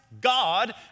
God